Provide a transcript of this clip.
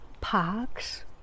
parks